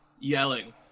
Yelling